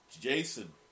Jason